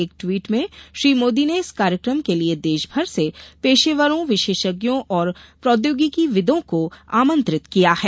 एक ट्वीट में श्री मोदी ने इस कार्यक्रम के लिए देश भर से पेशेवरों विशेषज्ञों और प्रौद्यागिकीविदों को आमंत्रित किया है